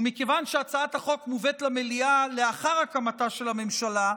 ומכיוון שהצעת החוק מובאת למליאה לאחר הקמתה של הממשלה,